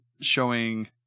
showing